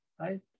right